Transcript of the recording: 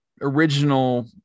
original